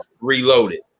Reloaded